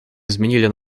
изменили